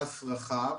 --- פס רחב.